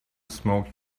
smoke